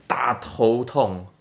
大头痛